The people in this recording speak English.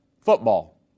football